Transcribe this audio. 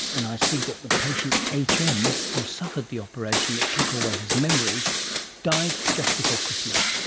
and i see that the patient h. m. who suffered the operation that took away his memory died just before christmas